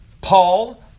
Paul